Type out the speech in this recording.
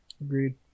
Agreed